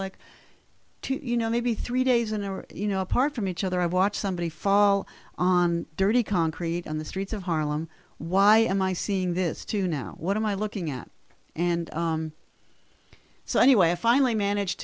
like you know maybe three days an hour you know apart from each other i watch somebody fall on dirty concrete on the streets of harlem why am i seeing this too now what am i looking at and so anyway i finally managed